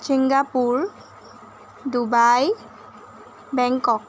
Singapore Dubai Bangkok